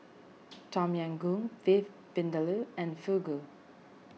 Tom Yam Goong Beef Vindaloo and Fugu